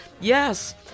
Yes